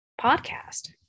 podcast